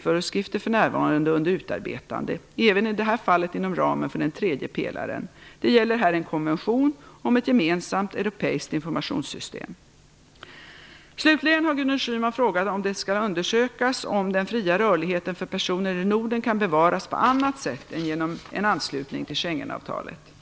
föreskrifter för närvarande under utarbetande, även i detta fall inom ramen för den tredje pelaren. Det gäller här en konvention om ett gemensamt europeiskt informationssystem. Slutligen har Gudrun Schyman frågat om det skall undersökas om den fria rörligheten för personer i Norden kan bevaras på annat sätt än genom en anslutning till Schengenavtalet.